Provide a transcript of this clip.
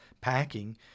packing